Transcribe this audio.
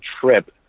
trip